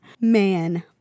Man